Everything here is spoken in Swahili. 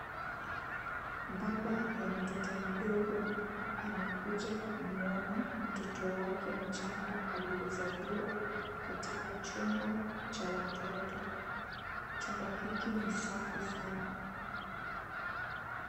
Baba ya mtoto mdogo amekuja kumwona mtoto wake mchanga aliyezaliwa katika chumba cha watoto. Chumba hiki ni safi sana.